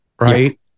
Right